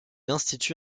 institue